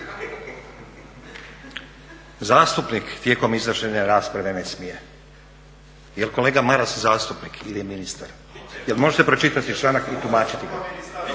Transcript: Zastupnik tijekom iznošenja rasprave ne smije, jel kolega Maras zastupnik ili ministar, jel možete pročitati članak i tumačiti ga?